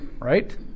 right